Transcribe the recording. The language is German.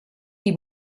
die